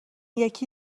یکی